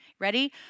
Ready